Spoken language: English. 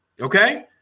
Okay